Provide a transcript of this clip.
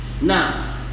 Now